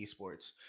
esports